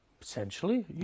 Potentially